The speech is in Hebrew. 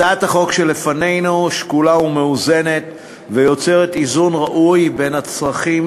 הצעת החוק שלפנינו שקולה ומאוזנת ויוצרת איזון ראוי בין הצרכים